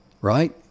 right